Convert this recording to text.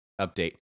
Update